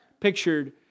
pictured